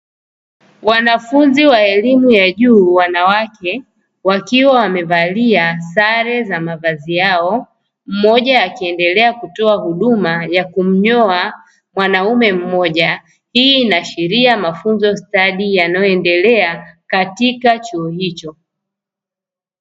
Wanafunzi wa elimu ya juu wanawake wakiwa wamevalia sare za mavazi yao mmoja akiendelea kutoa huduma ya kunyoa mwanaume mmoja. Hii inaashiria mafunzo stadi yanayoendelea katika chuo hicho.